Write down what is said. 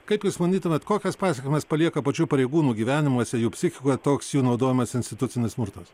kaip jūs manytumėt kokias pasekmes palieka pačių pareigūnų gyvenimuose jų psichikoje toks jų naudojamas institucinis smurtas